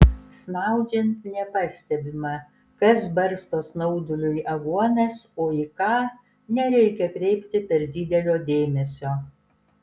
snaudžiant nepastebima kas barsto snauduliui aguonas o į ką nereikia kreipti per didelio dėmesio